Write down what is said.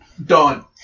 Done